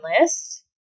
list